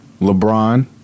LeBron